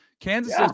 Kansas